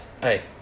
hey